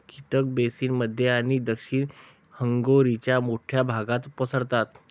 कीटक बेसिन मध्य आणि दक्षिण हंगेरीच्या मोठ्या भागात पसरतात